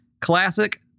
Classic